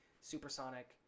supersonic